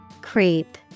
Creep